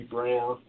Brown